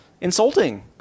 insulting